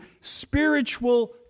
spiritual